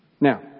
Now